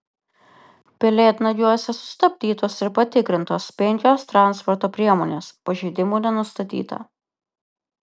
pelėdnagiuose sustabdytos ir patikrintos penkios transporto priemonės pažeidimų nenustatyta